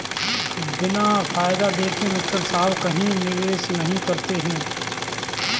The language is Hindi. बिना फायदा देखे मित्तल साहब कहीं निवेश नहीं करते हैं